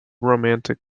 romantic